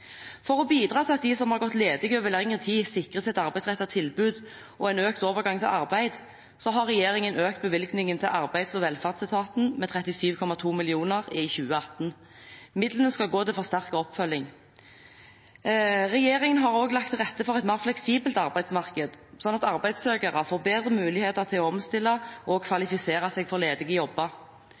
For å bidra til at de som har gått ledige over lengre tid, sikres et arbeidsrettet tilbud og økt overgang til arbeid, har regjeringen økt bevilgningen til Arbeids- og velferdsetaten med 37,2 mill. kr i 2018. Midlene skal gå til forsterket oppfølging. Regjeringen har også lagt til rette for et mer fleksibelt arbeidsmarked, slik at arbeidssøkere får bedre muligheter til å omstille og kvalifisere seg for ledige jobber.